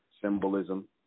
symbolism